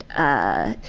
ah,